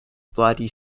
bloody